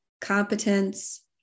competence